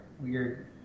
weird